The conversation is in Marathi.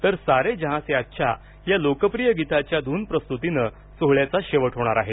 तर सारे जहां से अच्छा या लोकप्रिय गीताच्या धून प्रस्तुतीनं सोहळ्याचा शेवट होणार आहे